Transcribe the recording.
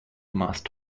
must